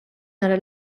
nara